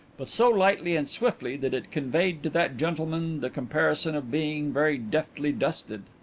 but so lightly and swiftly that it conveyed to that gentleman the comparison of being very deftly dusted.